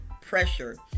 pressure